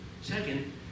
Second